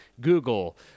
Google